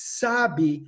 sabe